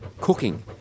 cooking